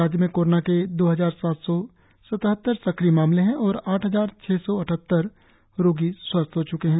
राज्य में कोरोना के दो हजार सात सौ सतहत्तर सक्रिय मामले है और आठ हजार छह सौ अठहत्तर रोगी स्वस्थ हो चूके है